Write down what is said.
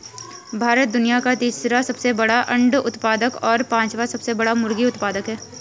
भारत दुनिया का तीसरा सबसे बड़ा अंडा उत्पादक और पांचवां सबसे बड़ा मुर्गी उत्पादक है